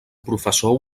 professor